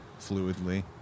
fluidly